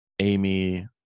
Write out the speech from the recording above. amy